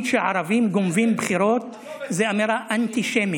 אבל אני שואל